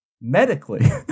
medically